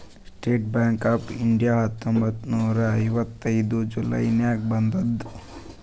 state bank of India ಹತ್ತೊಂಬತ್ತ್ ನೂರಾ ಐವತ್ತೈದು ಜುಲೈ ನಾಗ್ ಬಂದುದ್